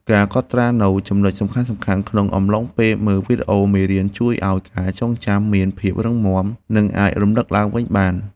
ការកត់ត្រានូវចំណុចសំខាន់ៗក្នុងអំឡុងពេលមើលវីដេអូមេរៀនជួយឱ្យការចងចាំមានភាពរឹងមាំ និងអាចរំលឹកឡើងវិញបាន។